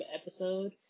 episode